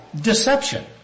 deception